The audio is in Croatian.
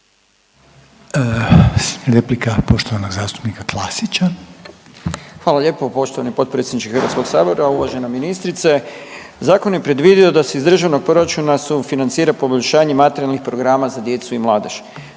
Replika poštovanog zastupnika Klasića. **Klasić, Darko (HSLS)** Hvala lijepo poštovani potpredsjedniče Hrvatskog sabora. Uvažena ministrice, zakon je predvidio da se iz državnog proračuna sufinancira poboljšanje materijalnih programa za djecu i mladež.